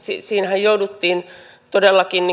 siinähän todellakin